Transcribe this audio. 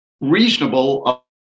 reasonable